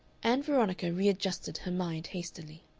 ann veronica readjusted her mind hastily.